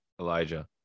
Elijah